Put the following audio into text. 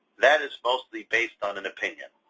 that is mostly based on an opinion.